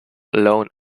loan